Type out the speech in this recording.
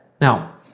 Now